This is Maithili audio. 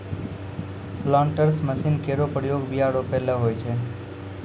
प्लांटर्स मसीन केरो प्रयोग बीया रोपै ल होय छै